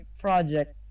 project